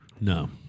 No